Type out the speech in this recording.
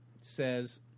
says